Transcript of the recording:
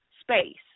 space